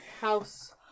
house